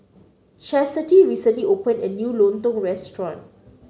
Chasity recently opened a new lontong restaurant